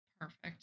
Perfect